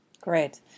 Great